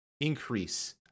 increase